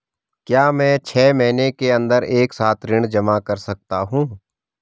क्या मैं छः महीने के अन्दर एक साथ ऋण जमा कर सकता हूँ?